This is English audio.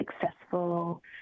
successful